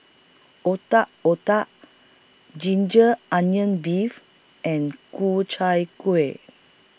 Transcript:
Otak Otak Ginger Onions Beef and Ku Chai Kuih